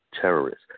terrorists